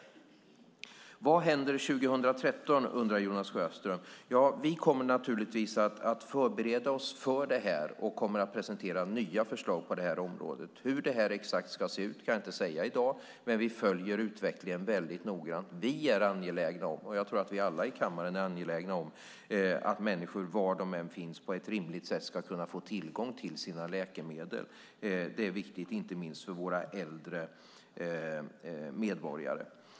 Jonas Sjöstedt undrar vad som händer 2013. Vi kommer naturligtvis att förbereda oss för det här och kommer att presentera nya förslag på området. Exakt hur det ska se ut kan jag inte säga i dag, men vi följer utvecklingen mycket noggrant. Vi är angelägna om, och jag tror att vi alla i kammaren är angelägna om, att människor, var de än finns, på ett rimligt sätt ska kunna få tillgång till sina läkemedel. Det är viktigt inte minst för våra äldre medborgare.